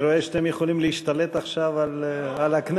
אני רואה שאתם יכולים להשתלט עכשיו על הכנסת.